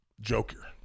Joker